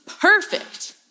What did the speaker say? perfect